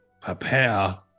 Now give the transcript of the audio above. Prepare